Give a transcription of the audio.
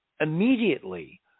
Immediately